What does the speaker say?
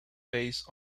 based